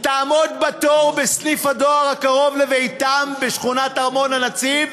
תעמוד בתור בסניף הדואר הקרוב לביתם בשכונת ארמון-הנציב,